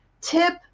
tip